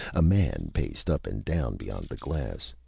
a man paced up and down beyond the glass.